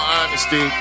Honesty